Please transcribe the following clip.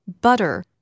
butter